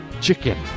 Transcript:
Chicken